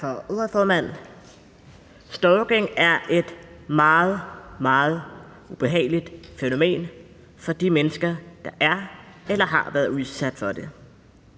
for ordet, formand. Stalking er et meget, meget ubehageligt fænomen for de mennesker, der er eller har været udsat for det.